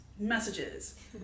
messages